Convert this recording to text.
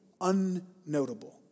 unnotable